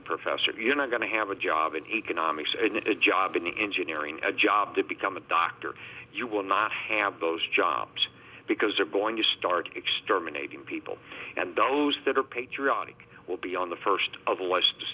a professor you're not going to have a job in economics and a job in engineering a job to become a doctor you will not have those jobs because they're going to start exterminating people and those that are patriotic will be on the first